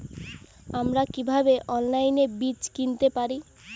আমরা কীভাবে অনলাইনে বীজ কিনতে পারি?